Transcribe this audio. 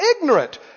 ignorant